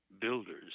builders